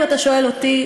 אם אתה שואל אותי,